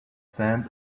stand